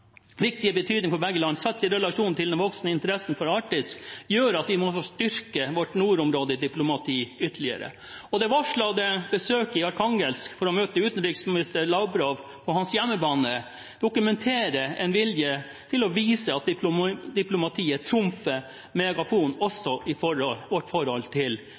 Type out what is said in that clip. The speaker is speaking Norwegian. i relasjon til den voksende interessen for Arktis gjør at vi må styrke vårt nordområdediplomati ytterligere. Det varslede besøket i Arkhangelsk for å møte utenriksminister Lavrov på hans hjemmebane dokumenterer en vilje til å vise at diplomatiet trumfer megafon også i vårt forhold til